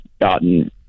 gotten